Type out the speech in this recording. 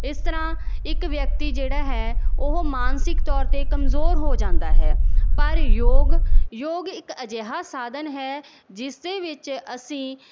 ਇਸ ਤਰ੍ਹਾਂ ਇੱਕ ਵਿਅਕਤੀ ਜਿਹੜਾ ਹੈ ਉਹ ਮਾਨਸਿਕ ਤੌਰ 'ਤੇ ਕਮਜ਼ੋਰ ਹੋ ਜਾਂਦਾ ਹੈ ਪਰ ਯੋਗ ਯੋਗ ਇੱਕ ਅਜਿਹਾ ਸਾਧਨ ਹੈ ਜਿਸ ਦੇ ਵਿੱਚ ਅਸੀਂ